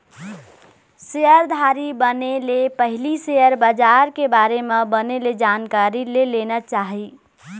सेयरधारी बने ले पहिली सेयर बजार के बारे म बने ले जानकारी ले लेना चाही